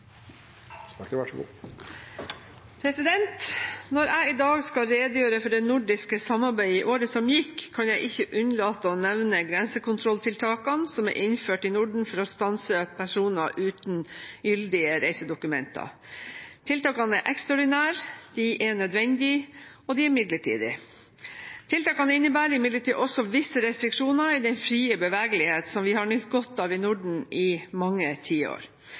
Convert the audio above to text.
kan jeg ikke unnlate å nevne grensekontrolltiltakene som er innført i Norden for å stanse personer uten gyldige reisedokumenter. Tiltakene er ekstraordinære, de er nødvendige, og de er midlertidige. Tiltakene innebærer imidlertid også visse restriksjoner i den frie bevegelighet som vi har nytt godt av i Norden i mange tiår.